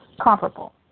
comparable